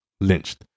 lynched